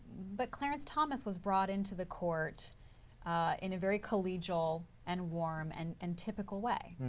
but clarence thomas was brought into the court in a very collegial and warm and and typical way.